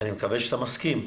ואני מקווה שאתה מסכים,